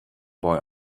boy